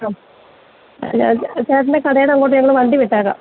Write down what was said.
ആ അല്ല ചേട്ടൻ്റെ കടയുടെ അങ്ങോട്ട് ഞങ്ങള് വണ്ടി വിട്ടേക്കാം